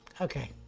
Okay